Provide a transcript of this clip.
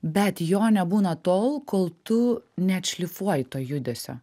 bet jo nebūna tol kol tu neatšlifuoji to judesio